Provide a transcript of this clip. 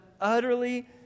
utterly